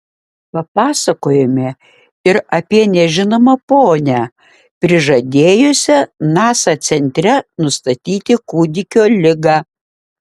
papasakojome ir apie nežinomą ponią prižadėjusią nasa centre nustatyti kūdikio ligą